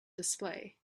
display